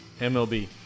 MLB